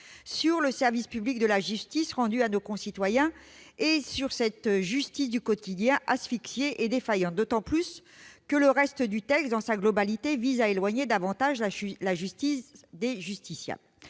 sur le service public de la justice rendu à nos concitoyens et sur cette justice du quotidien asphyxiée et défaillante, d'autant que le reste du texte vise dans sa globalité à éloigner davantage la justice des justiciables.